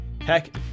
heck